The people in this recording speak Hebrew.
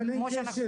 אבל אין קשר.